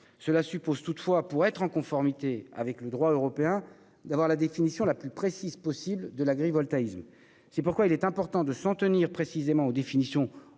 Cela suppose, toutefois, pour être en conformité avec le droit européen, d'avoir la définition la plus précise possible de l'agrivoltaïsme. C'est pourquoi il est important de s'en tenir précisément à la définition issue des